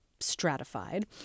stratified